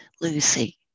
Lucy